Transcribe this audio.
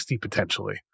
potentially